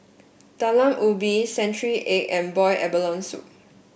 Talam Ubi Century Egg and boil abalone soup